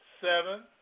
seven